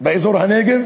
באזור הנגב,